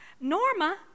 Norma